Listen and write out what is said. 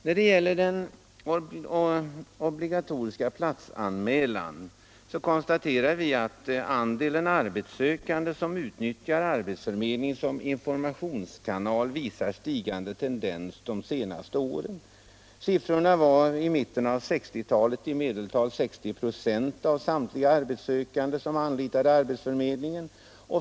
När det gäller den obligatoriska platsanmälan så konstaterar vi att andelen arbetssökande som utnyttjar arbetsförmedlingen som informationskanal visar stigande tendens under de senare åren. Sålunda var det i mitten av 1960-talet i medeltal 60 ?6 av samtliga arbetssökande som anlitade arbetsförmedlingen.